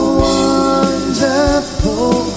wonderful